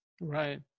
right